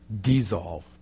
dissolve